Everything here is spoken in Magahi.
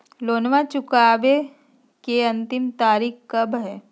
लोनमा चुकबे के अंतिम तारीख कब हय?